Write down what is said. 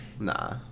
Nah